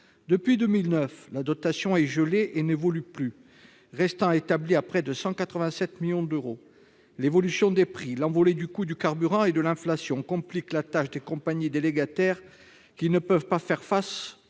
Depuis 2009, la dotation est gelée et n'évolue plus, restant établie à près de 187 millions d'euros. L'évolution des prix et l'envolée du coût du carburant et de l'inflation compliquent la tâche des compagnies délégataires, qui ne peuvent pas faire face au flux constant